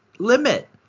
limit